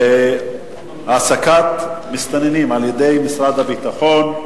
העסקת מסתננים על-ידי משרד הביטחון,